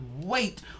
wait